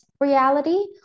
reality